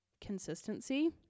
consistency